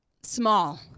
small